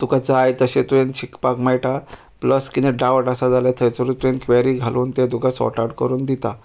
तुका जाय तशें तुवें शिकपाक मेळटा प्लस कितें डावट आसा जाल्यार थंयसरूत तुवें क्वॅरी घालून ते तुका सॉटआवट करून दिता